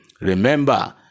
Remember